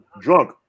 Drunk